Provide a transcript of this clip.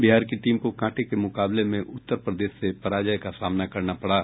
बिहार की टीम को कांटे के मुकाबले में उत्तर प्रदेश से पराजय का सामना करना पड़ा